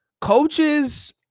Coaches